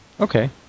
Okay